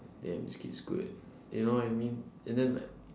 damn this kid's good you know what I mean and then like